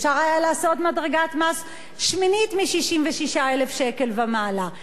אפשר היה לעשות מדרגת מס שמינית מ-66,000 שקל ומעלה.